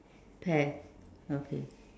pear okay